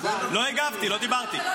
לא הגבתי, לא דיברתי.